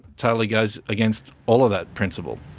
totally goes against all of that principle.